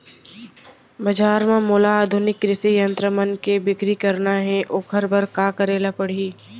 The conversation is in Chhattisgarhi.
बजार म मोला आधुनिक कृषि यंत्र मन के बिक्री करना हे ओखर बर का करे ल पड़ही?